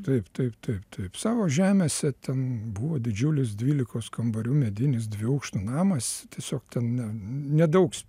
taip taip taip taip savo žemėse ten buvo didžiulis dvylikos kambarių medinis dviejų aukštų namas tiesiog ten ne nedaug